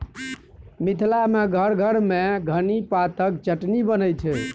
मिथिला मे घर घर मे धनी पातक चटनी बनै छै